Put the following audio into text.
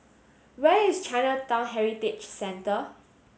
where is Chinatown Heritage Centre